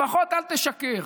לפחות אל תשקר.